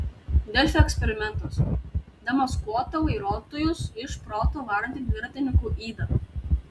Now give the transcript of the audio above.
delfi eksperimentas demaskuota vairuotojus iš proto varanti dviratininkų yda